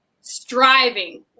striving